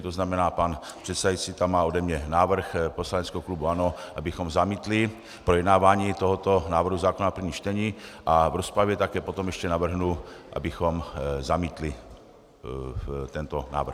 To znamená, pan předsedající tam má ode mě návrh poslaneckého klubu ANO, abychom zamítli projednávání tohoto návrhu zákona v prvním čtení, a v rozpravě také potom ještě navrhnu, abychom zamítli tento návrh.